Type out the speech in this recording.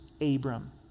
Abram